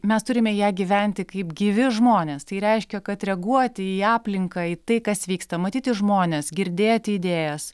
mes turime į ją gyventi kaip gyvi žmonės tai reiškia kad reaguoti į aplinką į tai kas vyksta matyti žmones girdėti idėjas